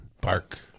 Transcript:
bark